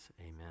Amen